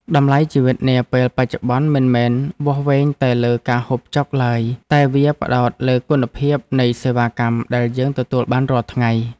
តម្លៃជីវិតនាពេលបច្ចុប្បន្នមិនមែនវាស់វែងតែលើការហូបចុកឡើយ តែវាផ្ដោតលើគុណភាពនៃសេវាកម្មដែលយើងទទួលបានរាល់ថ្ងៃ។